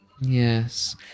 yes